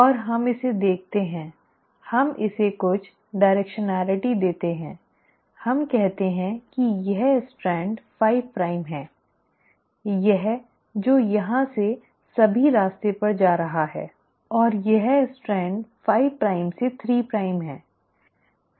और हम इसे देखते हैं हम इसे कुछ दिशा देते हैं हम कहते हैं कि यह स्ट्रैंड 5 प्राइम है यह जो यहां से सारे रास्ते पर जा रहा है यह यह स्ट्रैंड 5 प्राइम से 3 है